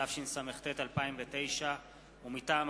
התשס"ט 2009. לקריאה ראשונה,